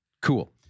Cool